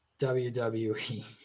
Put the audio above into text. WWE